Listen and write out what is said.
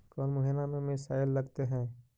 कौन महीना में मिसाइल लगते हैं?